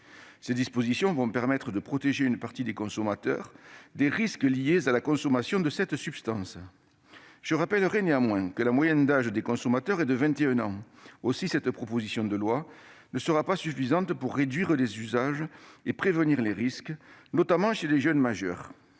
Ces dispositions vont permettre de protéger une partie des consommateurs des risques liés à la consommation de cette substance. Je rappellerai néanmoins que la moyenne d'âge des consommateurs est de 21 ans. Aussi, cette proposition de loi ne sera pas suffisante pour réduire les usages et prévenir les risques, notamment chez les jeunes majeurs.